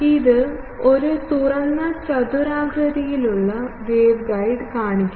ഇത് ഒരു തുറന്ന ചതുരാകൃതിയിലുള്ള വേവ്ഗൈഡ് കാണിക്കുന്നു